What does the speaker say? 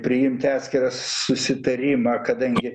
priimti atskirą susitarimą kadangi